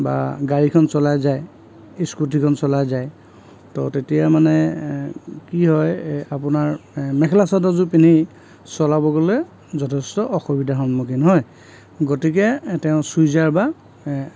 বা গাড়ীখন চলাই যায় স্কুটিখন চলাই যায় তো তেতিয়া মানে কি হয় আপোনাৰ মেখেলা চাদৰযোৰ পিন্ধি চলাবলৈ যথেষ্ট অসুবিধা সন্মুখীন হয় গতিকে তেওঁ চুইজাৰ বা